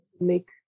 make